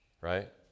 right